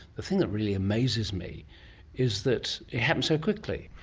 the thing that really amazes me is that it happens so quickly.